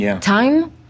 time